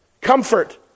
Comfort